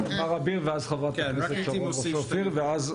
מר אביר ואז חברת הכנסת שרון רופא אופיר ואז